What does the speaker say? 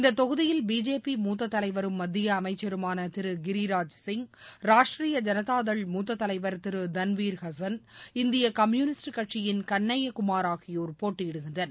இந்தத் தொகுதியில் பிஜேபி மூத்தத் தலைவரும் மத்திய அமைச்சருமான திரு கிரிராஜ சிங் ராஷ்ட்ரிய ஜனதாதள் மூத்தத் தலைவர் திரு தன்வீர் ஹசன் இந்திய கம்யூனிஸட் கட்சியின் கன்னைய குமார் ஆகியோர் போட்டியிடுகின்றனர்